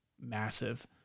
massive